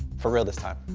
for real this time.